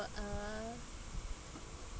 uh